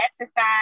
exercise